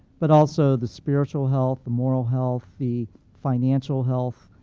but also the spiritual health, the moral health, the financial health